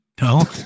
no